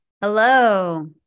Hello